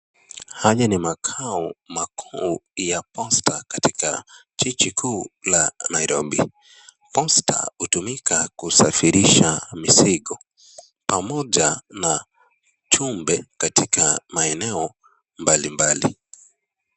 Haya ni makao makuu ya Posta katika jiji kuu la Nairobi. Posta utumika kusafirisha mizigo, pamoja na jumbe katika maeneo mbalimbali.